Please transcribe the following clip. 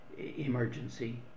emergency